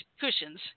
cushions